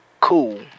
cool